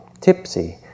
tipsy